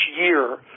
year